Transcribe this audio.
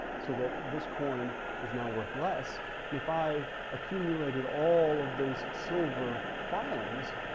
so that this coin is now worth less. and if i accumulated all of those silver filings,